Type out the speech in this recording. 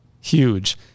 huge